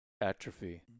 atrophy